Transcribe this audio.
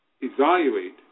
evaluate